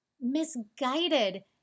misguided